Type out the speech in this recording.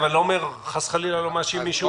אבל חס וחלילה אני לא מאשים מישהו,